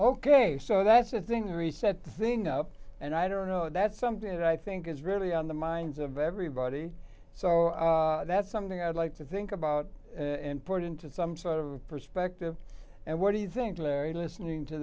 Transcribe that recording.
ok so that's the thing reset the thing up and i don't know that's something that i think is really on the minds of everybody so that's something i'd like to think about and put into some sort of perspective and what do you think larry listening to